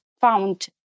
found